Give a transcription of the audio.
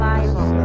Bible